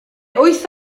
wyth